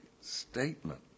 statement